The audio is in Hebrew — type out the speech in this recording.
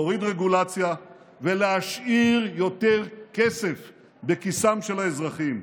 להוריד רגולציה ולהשאיר יותר כסף בכיסם של האזרחים.